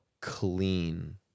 clean